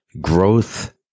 growth